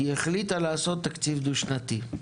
כי היא החליטה לעשות תקציב דו שנתי.